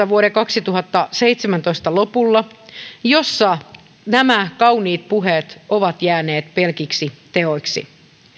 vuoden kaksituhattaseitsemäntoista lopulla olemme tilanteessa jossa nämä kauniit puheet ovat jääneet pelkiksi puheiksi